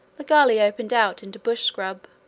the gully opened out into bush scrub.